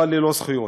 אבל ללא זכויות,